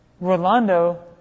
Rolando